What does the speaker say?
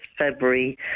February